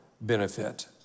benefit